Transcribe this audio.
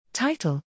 Title